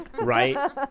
Right